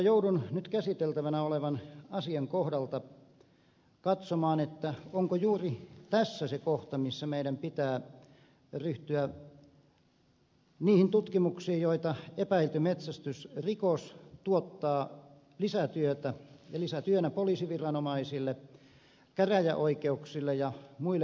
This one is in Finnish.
mutta joudun nyt käsiteltävänä olevan asian kohdalta katsomaan että onko juuri tässä se kohta missä meidän pitää ryhtyä niihin tutkimuksiin joita epäilty metsästysrikos tuottaa lisätyönä poliisiviranomaisille käräjäoikeuksille ja muille oikeusasteille